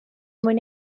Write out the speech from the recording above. mwyn